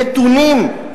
נתונים.